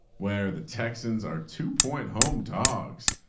where the texans are two point home dogs.